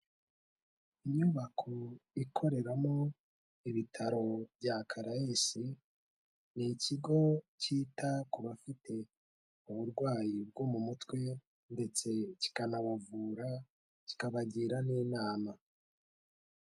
Inyubako ikoreramo ibitaro bya Karayese, ni ikigo cyita ku bafite uburwayi bwo mu mutwe ndetse kikanabavura, kikabagira n'inama.